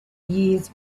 years